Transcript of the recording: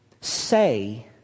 say